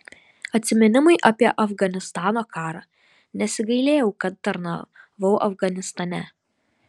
atsiminimai apie afganistano karą nesigailėjau kad tarnavau afganistane